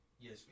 Yes